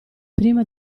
prima